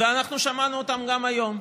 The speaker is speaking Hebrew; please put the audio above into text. ואנחנו שמענו אותם גם היום.